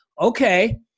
Okay